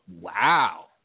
wow